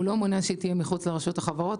הוא לא מעוניין שהיא תהיה מחוץ לרשות החברות.